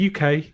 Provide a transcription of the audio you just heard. UK